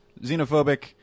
xenophobic